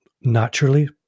naturally